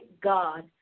God